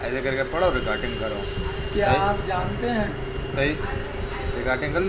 क्या आप जानते है भेड़ चरते समय पौधों को कोई नुकसान भी नहीं पहुँचाती